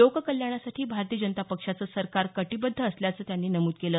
लोककल्याणासाठी भारतीय जनता पक्षाचं सरकार कटीबद्ध असल्याचं त्यांनी नमूद केलं